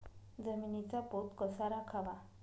जमिनीचा पोत कसा राखावा?